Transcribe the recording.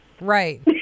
right